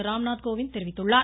ராம்நாத் கோவிந்த் தெரிவித்துள்ளார்